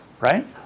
right